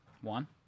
One